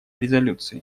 резолюции